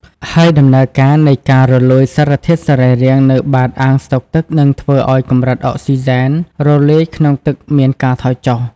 ហើយដំណើរការនៃការរលួយសារធាតុសរីរាង្គនៅបាតអាងស្តុកទឹកនឹងធ្វើឱ្យកម្រិតអុកស៊ីហ្សែនរលាយក្នុងទឹកមានការថយចុះ។